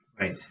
right